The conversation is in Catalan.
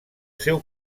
seu